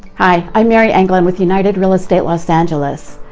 i'm mary anglin with united real estate los angeles.